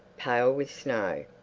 pale with snow.